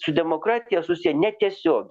su demokratija susiję netiesiogiai